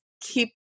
keep